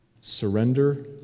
surrender